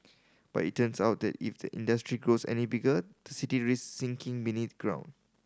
but it turns out that if the industry grows any bigger the city risks sinking beneath ground